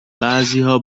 بعضیها